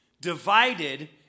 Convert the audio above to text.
divided